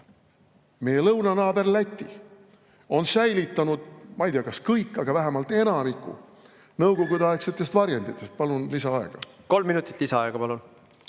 meie lõunanaaber Läti on säilitanud, ma ei tea, kas kõik, aga vähemalt enamiku nõukogudeaegsetest varjenditest. Palun lisaaega. Kolm minutit lisaaega. Palun!